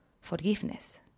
forgiveness